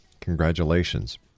congratulations